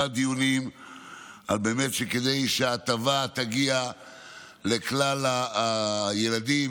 הדיונים כדי שההטבה תגיע לכלל הילדים,